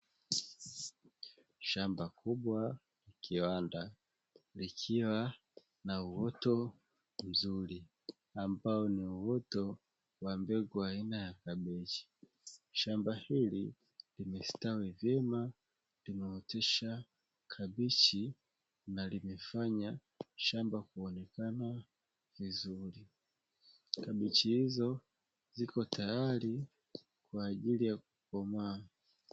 Shamba kubwa la kiwanda likiwa na uoto mzuri ambao ni uoto wa mbegu aina ya kabichi, shamba hili limestawi vyema, limeotesha kabichi na limefanya shamba kuonekana vizuri, kabichi hizo zipo tayari kwa ajili ya kukomaa.